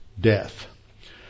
death